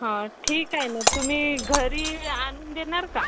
हां ठीक आहे ना तुम्ही घरी आणून देणार का